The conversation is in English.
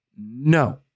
no